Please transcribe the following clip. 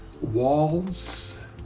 walls